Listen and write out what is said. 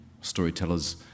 storytellers